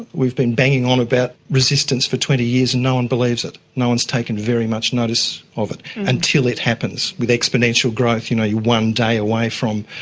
we've been banging on about resistance for twenty years and no one believes it, no one has taken very much notice of it until it happens with exponential growth, you know, you are one day away from,